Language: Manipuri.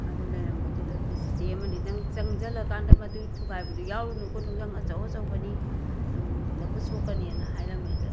ꯑꯗꯣ ꯂꯩꯔꯝꯕꯗꯨꯗ ꯑꯩꯈꯣꯏ ꯆꯤꯆꯦ ꯑꯃꯗꯤ ꯅꯪ ꯆꯪꯖꯤꯜꯂꯀꯥꯟꯗ ꯃꯗꯨꯏ ꯊꯨꯒꯥꯏꯕꯗꯣ ꯌꯥꯎꯔꯨꯅꯨꯀꯣ ꯅꯨꯡꯙꯪ ꯑꯆꯧ ꯑꯆꯧꯕꯅꯤ ꯅꯪ ꯅꯈꯨꯠ ꯁꯣꯛꯀꯅꯦꯅ ꯍꯥꯏꯔꯝꯃꯦ ꯑꯗꯣ